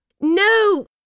No